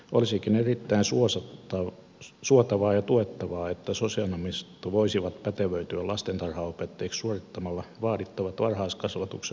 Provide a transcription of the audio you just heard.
olisikin erittäin suotavaa ja tuettavaa että sosionomit voisivat pätevöityä lastentarhanopettajiksi suorittamalla vaadittavat varhaiskasvatuksen opinnot